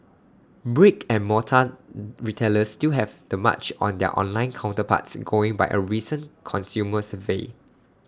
brick and mortar retailers still have the March on their online counterparts going by A recent consumer survey